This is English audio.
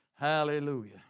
Hallelujah